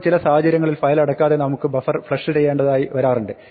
ഇപ്പോൾ ചില സാഹചര്യങ്ങളിൽ ഫയൽ അടയ്ക്കാതെ നമുക്ക് ബഫർ ഫ്ലഷ് ചെയ്യേണ്ടതായി വരാറുണ്ട്